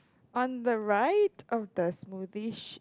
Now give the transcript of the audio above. on the right of the smoothie